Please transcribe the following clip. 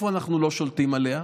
איפה אנחנו לא שולטים עליה?